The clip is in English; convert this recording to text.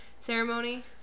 ceremony